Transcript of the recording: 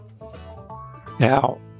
Now